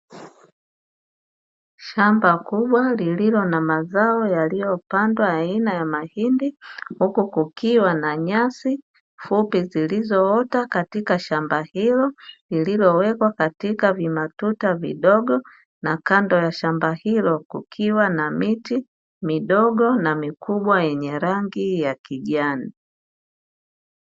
Shamba kubwa lililo na mazao yaliyopandwa ya aina ya mahindi, huku kukiwa na nyasi fupi zilizoota katika shamba hilo lililowekwa katika vimatuta vidogo na kando ya shamba hilo kukiwa na miti midogo na mikubwa ya rangi ya kijani.